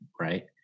right